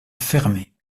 fermée